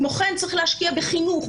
כמו כן צריך להשקיע בחינוך,